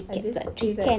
I just feel like